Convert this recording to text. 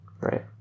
right